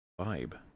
vibe